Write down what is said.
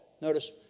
Notice